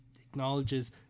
acknowledges